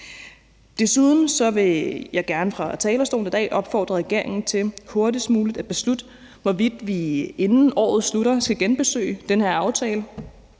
Desuden vil jeg gerne fra talerstolen i dag opfordre regeringen til hurtigst muligt at beslutte, hvorvidt vi, inden året slutter, skal genbesøge den her aftale